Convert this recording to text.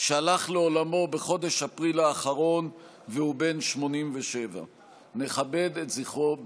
שהלך לעולמו בחודש אפריל האחרון והוא בן 87. נכבד את זכרו בקימה.